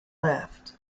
left